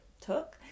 took